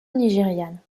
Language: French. nigériane